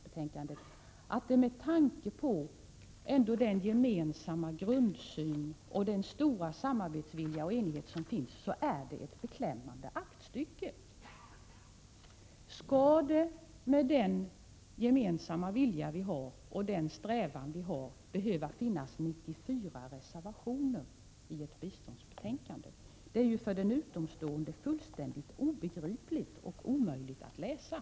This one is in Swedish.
Detta är inte kritik från en utomstående, för även om mitt namn inte står under betänkandet, har jag aktivt bidragit till utformningen av det. Skall det, med den gemensamma vilja och strävan vi har, behöva finnas 94 reservationer i ett biståndsbetänkande? Det är för den utomstående fullständigt obegripligt och dessutom omöjligt att läsa.